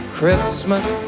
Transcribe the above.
Christmas